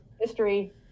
history